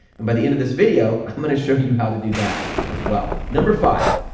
and by the end of this video i'm going to show you how to do that as well. number five,